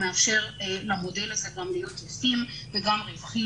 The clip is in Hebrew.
מאפשר למודל הזה גם להיות ישים וגם רווחי